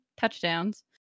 touchdowns